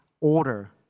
order